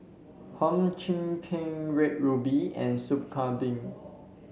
Hum Chim Peng Red Ruby and Soup Kambing